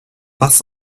bus